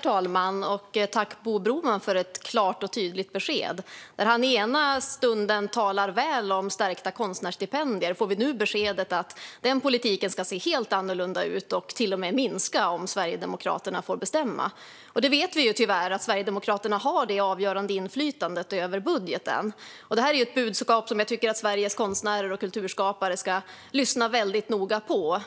talman! Jag tackar Bo Broman för ett klart och tydligt besked. Ena stunden talar han väl om stärkta konstnärsstipendier. Nu får vi beskedet att den politiken ska se helt annorlunda ut och till och med minska om Sverigedemokraterna får bestämma - vi vet tyvärr att Sverigedemokraterna har det avgörande inflytandet över budgeten. Detta är ett budskap som jag tycker att Sveriges konstnärer och kulturskapare ska lyssna väldigt noga på.